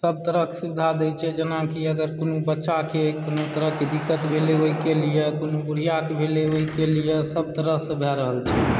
सभ तरहक सुविधा दैत छै जेनाकि अगर कोनो बच्चाकेँ कोनो तरहके दिक्कत भेलय ओहिके लिए कोनो बुढ़िआके भेलय ओहिके लिए सभ तरहसँ भए रहल छै